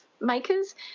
Makers